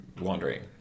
wandering